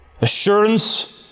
Assurance